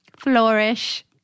flourish